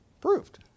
Proved